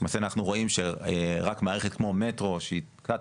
למעשה אנחנו רואים שרק מערכת כמו מטרו, שהיא תת